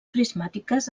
prismàtiques